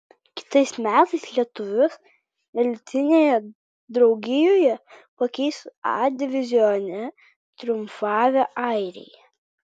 kitais metais lietuvius elitinėje draugijoje pakeis a divizione triumfavę airiai